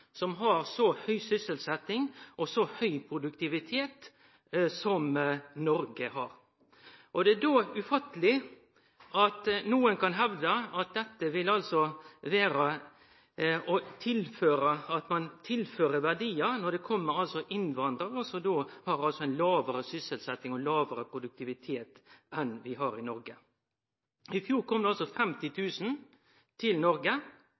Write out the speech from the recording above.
som har så høg sysselsetting og så høg produktivitet som Noreg har. Det er då ufatteleg at nokon kan hevde at det vil vere å tilføre verdiar når det kjem innvandrarar som har lågare sysselsetting og lågare produktivitet enn vi har i Noreg. I fjor kom det 50 000 til Noreg.